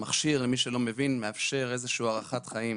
המכשיר, למי שלא מבין, מאפשר איזושהי הארכת חיים